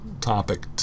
topic